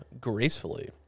gracefully